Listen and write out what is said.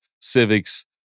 Civics